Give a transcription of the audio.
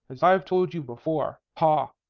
as i've told you before. ha!